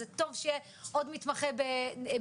זה טוב שיהיה עוד מתמחה בנשים,